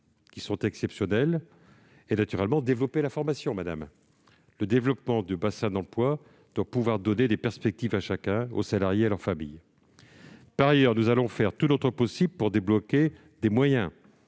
qui sont exceptionnelles, et pour développer la formation. Le développement du bassin d'emploi doit offrir des perspectives à chacun : aux salariés et à leur famille. Par ailleurs, nous ferons tout notre possible pour débloquer les fonds